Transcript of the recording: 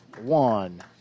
one